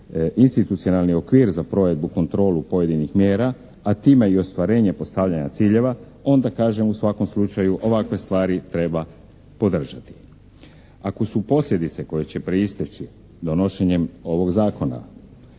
institucionalni okvir za provedbu, kontrolu pojedinih mjera, a time i ostvarenje postavljanja ciljeva onda kažem u svakom slučaju ovakve stvari treba podržati. Ako su posljedice koje će proisteći donošenjem ovog zakona,